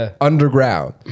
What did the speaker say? underground